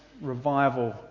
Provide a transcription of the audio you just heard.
revival